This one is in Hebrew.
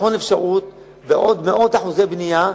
לבחון אפשרות, וזה עוד מאות אחוזי בנייה,